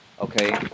Okay